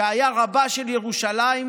שהיה רבה של ירושלים,